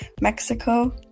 Mexico